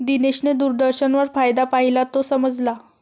दिनेशने दूरदर्शनवर फायदा पाहिला, तो समजला